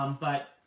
um but,